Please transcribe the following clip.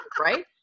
Right